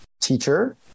teacher